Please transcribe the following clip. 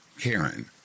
Karen